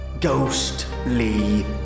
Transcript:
ghostly